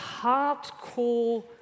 hardcore